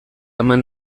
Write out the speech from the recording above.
eman